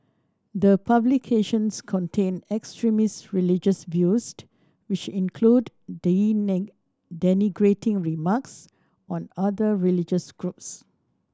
the publications contain extremist religious views which include denigrating remarks on other religious groups